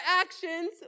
actions